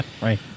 Right